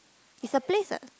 it's a place